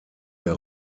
der